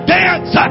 dance